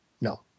no